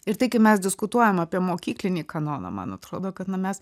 ir tai kai mes diskutuojam apie mokyklinį kanoną man atrodo kad na mes